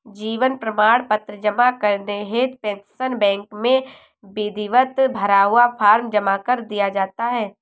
जीवन प्रमाण पत्र जमा करने हेतु पेंशन बैंक में विधिवत भरा हुआ फॉर्म जमा कर दिया जाता है